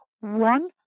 one